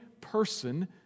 person